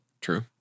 True